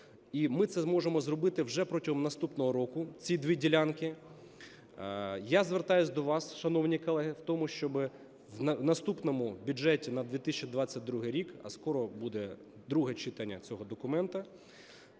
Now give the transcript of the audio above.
ми це зможемо зробити вже протягом наступного року ці дві ділянки. Я звертаюсь до вас, шановні колеги, в тому, щоби в наступному бюджеті на 2022 рік, а скоро буде друге читання цього документа,